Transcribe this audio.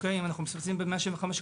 אם אנו מסבסדים ב-175,